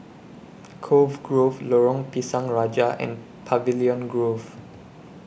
Cove Grove Lorong Pisang Raja and Pavilion Grove